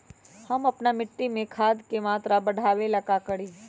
हम अपना मिट्टी में खाद के मात्रा बढ़ा वे ला का करी?